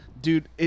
dude